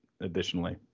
additionally